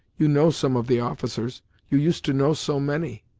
you know some of the officers you used to know so many!